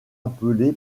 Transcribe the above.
appelé